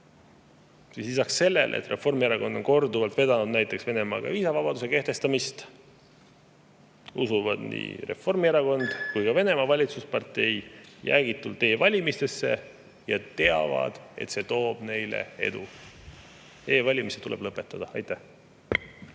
Lisaks sellele, et Reformierakond on korduvalt vedanud näiteks Venemaaga viisavabaduse kehtestamise [ideed], usuvad nii Reformierakond kui ka Venemaa valitsuspartei jäägitult e‑valimistesse ja teavad, et see toob neile edu. E‑valimised tuleb lõpetada. Aitäh!